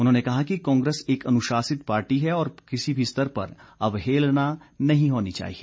उन्होंने कहा कि कांग्रेस एक अनुशासित पार्टी है और किसी भी स्तर पर अवहेलना नहीं होनी चाहिए